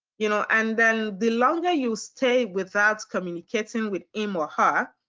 you know? and then the longer you stay without communicating with him or her,